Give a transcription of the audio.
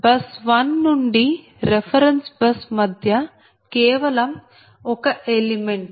bus 1 నుండి reference bus మధ్య కేవలం ఒక ఎలిమెంట్